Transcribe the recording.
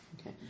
Okay